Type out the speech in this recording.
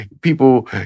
People